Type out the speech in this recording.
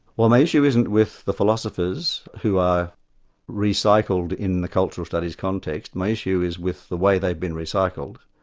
well my issue isn't with the philosophers who are recycled in the cultural studies context, my issue is with the way they've been recycled,